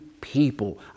people